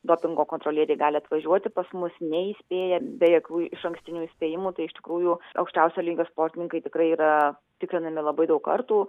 dopingo kontrolieriai gali atvažiuoti pas mus neįspėję be jokių išankstinių įspėjimų tai iš tikrųjų aukščiausio lygio sportininkai tikrai yra tikrinami labai daug kartų